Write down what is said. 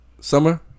Summer